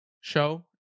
show